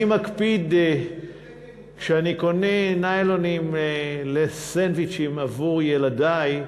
כשאני קונה ניילונים לסנדוויצ'ים עבור ילדי,